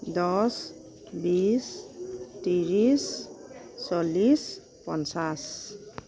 দহ বিশ ত্ৰিছ চল্লিছ পঞ্চাছ